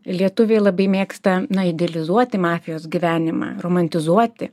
lietuviai labai mėgsta idealizuoti mafijos gyvenimą romantizuoti